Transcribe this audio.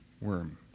worm